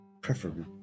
Preferably